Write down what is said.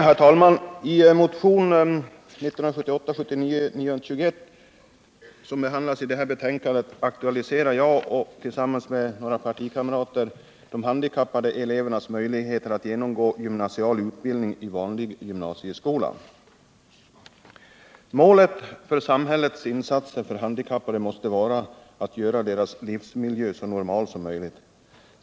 Herr talman! I motionen 1978/79:921 som behandlas i detta betänkande aktualiserar jag tillsammans med några partikamrater de handikappade elevernas möjligheter att genomgå gymnasial utbildning i vanlig gymnasieskola. Målet för samhällets insatser för handikappade måste vara att göra deras livsmiljö så normal som möjligt.